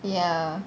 ya